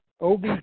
OB